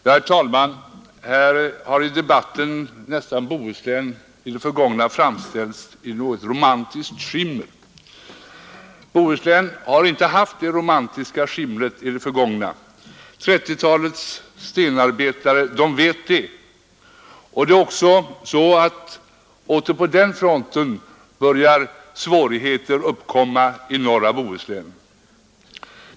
Herr talman! Här i debatten har Bohuslän i det förgångna närmast framställts i ett något romantiskt skimmer. Bohuslän har inte haft det romantiska skimret i det förgångna. 1930-talets stenarbetare vet det, och på den fronten börjar svårigheter åter uppkomma i norra Bohuslän.